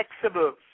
flexible